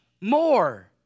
more